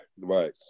Right